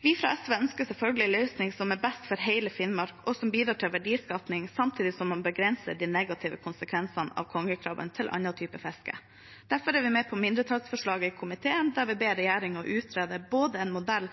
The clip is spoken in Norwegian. Vi fra SV ønsker selvfølgelig en løsning som er best for hele Finnmark, og som bidrar til verdiskaping, samtidig som man begrenser de negative konsekvensene av kongekrabben for annen type fiske. Derfor er vi med på mindretallsforslaget i komiteen, der vi ber regjeringen om å utrede både en modell